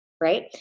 right